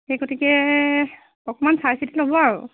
সেই গতিকে অকণমান চাই চিটি ল'ব আৰু